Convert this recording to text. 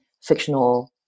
fictional